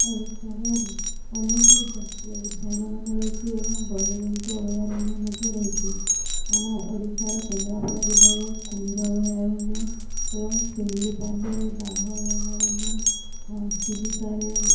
ଓଡ଼ିଶାର ଅନେକ ଜାତୀୟ ଉଦ୍ୟାନମାନ ରହିଛି ଏବଂ ବନ୍ୟଜନ୍ତୁ ଅଭୟାରଣ୍ୟ ମଧ୍ୟ ରହିଛି ଆମ ଓଡ଼ିଶାର କେନ୍ଦ୍ରାପଡ଼ା ଜିଲ୍ଲାରେ କୁମ୍ଭୀର ଅଭୟାରଣ୍ୟ ଏବଂ ଶିମିଳିପାଲରେ ବାଘ ଅଭୟାରଣ୍ୟ ଚିଲିକାରେ